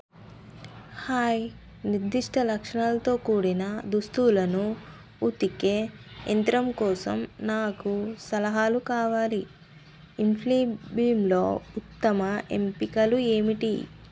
hi నిర్దిష్ట లక్షణాలతో కూడిన దుస్తులను ఉతికే యంత్రం కోసం నాకు సలహాలు కావాలి ఇన్ఫ్లీబ్ బీమ్లో ఉత్తమ ఎంపికలు ఏమిటి